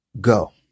Go